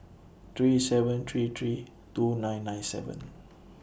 three seven three three two nine nine seven